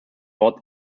watt